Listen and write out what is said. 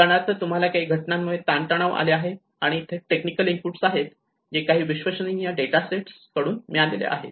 उदाहरणार्थ तुम्हाला काही घटनांमुळे ताण तणाव आले आहेत आणि इथे टेक्निकल इनपुट आहेत जे काही विश्वसनीय डेटा सेट कडून मिळालेले आहे